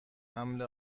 حمل